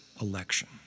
election